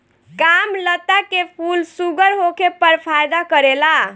कामलता के फूल शुगर होखे पर फायदा करेला